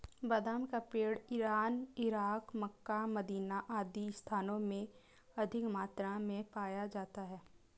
बादाम का पेड़ इरान, इराक, मक्का, मदीना आदि स्थानों में अधिक मात्रा में पाया जाता है